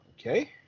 okay